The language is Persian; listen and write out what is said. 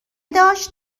داشت